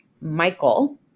Michael